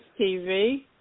TV